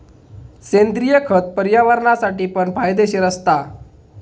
सेंद्रिय खत पर्यावरणासाठी पण फायदेशीर असता